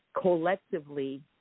collectively